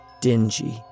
Dingy